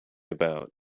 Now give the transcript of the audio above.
about